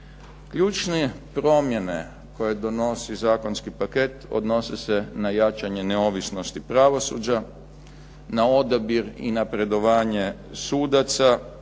Ključne promjene koje donosi zakonski paket odnose se na jačanje neovisnosti pravosuđa, na odabir i napredovanje sudaca